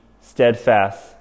steadfast